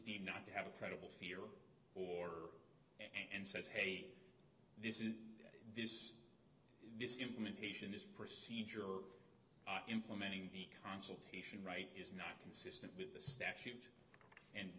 deemed not to have a credible fear or and says hey this is this this implementation this procedure or implementing consultation right is not consistent with the statute and